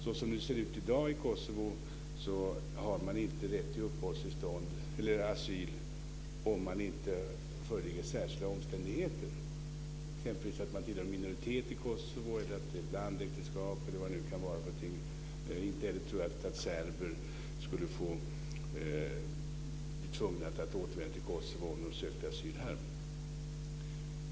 Såsom det ser ut i dag i Kosovo har man inte rätt till uppehållstillstånd eller asyl här om det inte föreligger särskilda omständigheter, exempelvis att man tillhör en minoritet i Kosovo, att det är fråga om blandäktenskap eller vad det nu kan vara. Det är inte heller troligt att serber skulle bli tvungna att återvända till Kosovo om de sökte asyl här.